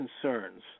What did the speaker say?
concerns